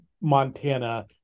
Montana